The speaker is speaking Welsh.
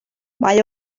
mae